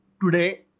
today